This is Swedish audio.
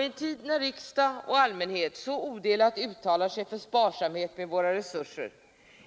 I en tid när riksdag och allmänhet så odelat uttalar sig för sparsamhet med våra resurser